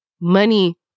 money